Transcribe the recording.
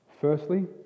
Firstly